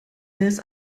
mails